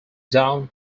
down